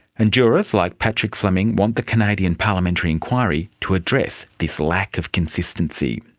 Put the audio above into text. and jurors like patrick fleming want the canadian parliamentary inquiry to address this lack of consistency.